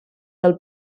del